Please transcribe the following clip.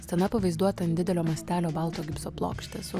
scena pavaizduota ant didelio mastelio balto gipso plokštės o